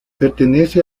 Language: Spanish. pertenece